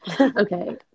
okay